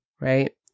Right